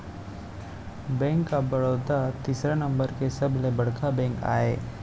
bank of Baroda तीसरा number के सबले बड़का बेंक आय